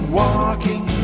walking